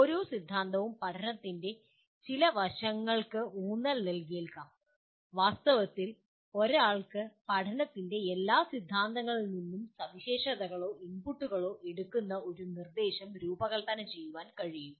ഓരോ സിദ്ധാന്തവും പഠനത്തിന്റെ ചില വശങ്ങൾക്ക് ഊന്നൽ നൽകിയേക്കാം വാസ്തവത്തിൽ ഒരാൾക്ക് പഠനത്തിന്റെ എല്ലാ സിദ്ധാന്തങ്ങളിൽ നിന്നും സവിശേഷതകളോ ഇൻപുട്ടുകളോ എടുക്കുന്ന ഒരു നിർദ്ദേശം രൂപകൽപ്പന ചെയ്യാൻ കഴിയും